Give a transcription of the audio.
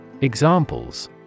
Examples